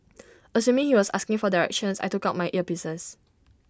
assuming he was asking for directions I took out my earpieces